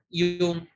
yung